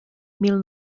mil